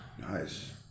nice